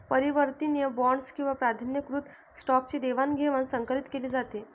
परिवर्तनीय बॉण्ड्स किंवा प्राधान्यकृत स्टॉकची देवाणघेवाण संकरीत केली जाते